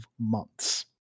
months